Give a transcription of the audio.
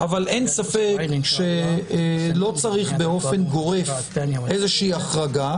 אבל אין ספק שלא צריך באופן גורף איזושהי החרגה.